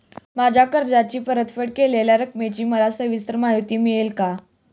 माझ्या कर्जाची परतफेड केलेल्या रकमेची मला सविस्तर माहिती मिळेल का?